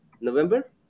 November